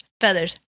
feathers